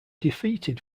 defeated